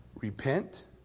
Repent